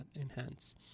enhance